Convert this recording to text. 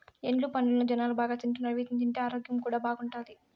ఎండు పండ్లనే జనాలు బాగా తింటున్నారు వీటిని తింటే ఆరోగ్యం కూడా బాగుంటాది